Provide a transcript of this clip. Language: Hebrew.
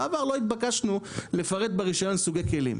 בעבר לא התבקשנו לפרט ברישיון סוגי כלים,